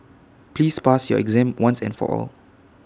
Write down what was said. please pass your exam once and for all